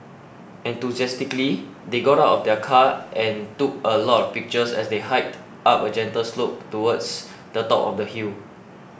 enthusiastically they got out of their car and took a lot of pictures as they hiked up a gentle slope towards the top of the hill